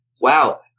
Wow